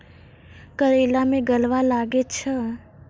करेला मैं गलवा लागे छ?